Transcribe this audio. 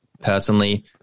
personally